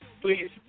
please